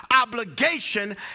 obligation